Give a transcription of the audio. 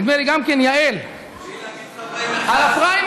נדמה לי שגם יעל, להגיד "חברי מרכז" על הפריימריז.